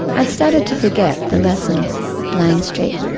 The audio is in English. i'd started to forget the lessons of bland street.